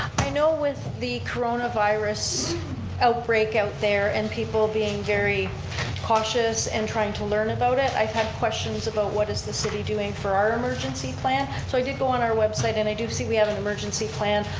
i know with the coronavirus outbreak out there and people being very cautious and trying to learn about it, i've had questions about what is the city doing for our emergency plan so i did go on our website and i do see we have an emergency plan.